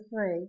three